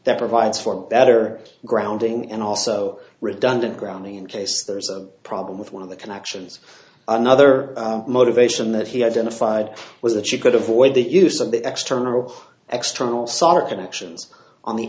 that provides for better grounding and also redundant grounding in case there's a problem with one of the connections another motivation that he identified was that you could avoid the use of the external external solder connections on the